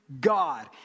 God